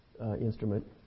instrument